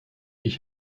ich